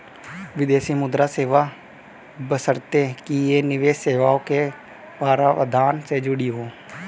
विदेशी मुद्रा सेवा बशर्ते कि ये निवेश सेवाओं के प्रावधान से जुड़ी हों